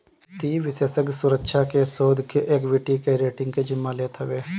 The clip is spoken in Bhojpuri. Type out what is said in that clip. वित्तीय विषेशज्ञ सुरक्षा के, शोध के, एक्वीटी के, रेटींग के जिम्मा लेत हवे